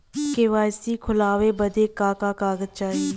KYC खोलवावे बदे का का कागज चाही?